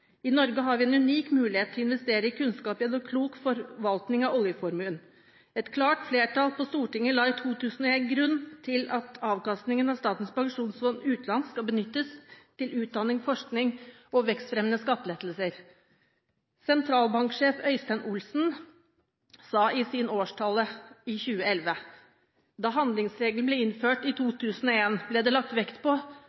I Norge har vi en unik mulighet til å investere i kunnskap gjennom klok forvaltning av oljeformuen. Et klart flertall på Stortinget la i 2001 til grunn at avkastningen av Statens pensjonsfond utland skal benyttes til utdanning, forskning, infrastruktur og vekstfremmende skattelettelser. Sentralbanksjef Øystein Olsen sa i sin årstale i 2011: «Da handlingsregelen ble innført i